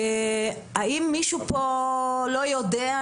האם מישהו פה לא יודע?